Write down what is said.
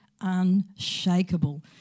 unshakable